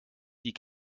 die